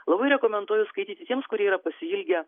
labai rekomenduoju skaityti tiems kurie yra pasiilgę